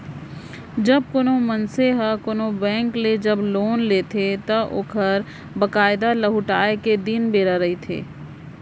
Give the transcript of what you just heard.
जब कोनो मनसे ह कोनो बेंक ले जब लोन लेथे त ओखर बकायदा लहुटाय के दिन बेरा रहिथे